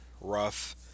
rough